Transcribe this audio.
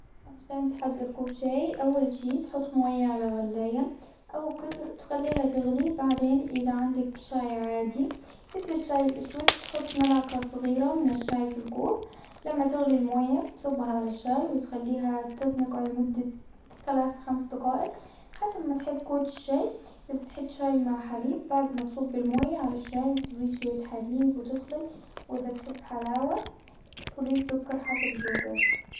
عشان تحضر كوب شاي. أول شي تحط مويه على غلاية أو قدر، تخليها تغلي. بعدين إذا عندك شاي عادي، مثل الشاي الأسود، تحط ملعقة صغيرة من الشاي في الكوب. لما تغلي المويه صبها على الشاي، وتخليها تتنقع لمدة ثلاث، خمس دقائق، حسب ما تحب قوة الشاي. إذا بتحب شاي مع حليب، بعد ما تصب المويه على الشاي، تضيف شوية حليب وتخلط. وإذا تحب حلاوة، تضيف سكر حسب ذوجك.